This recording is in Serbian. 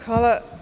Hvala.